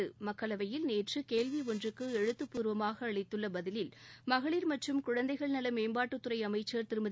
நேற்று மக்களவையில் கேள்வி ஒன்றுக்கு எழுத்துப்பூர்வமாக அளித்த பதிலில் மகளிர் மற்றும் குழந்தைகள் மேம்பாட்டுத்துறை அமைச்சர் திருமதி